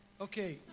Okay